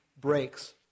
breaks